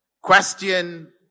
question